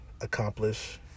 accomplish